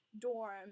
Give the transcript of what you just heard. dorm